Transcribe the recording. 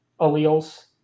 alleles